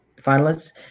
finalists